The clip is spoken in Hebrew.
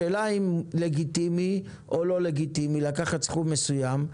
השאלה אם לגיטימי או לא לגיטימי לקחת סכום מסוים,